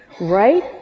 Right